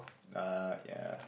uh ya